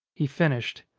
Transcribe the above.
he finished.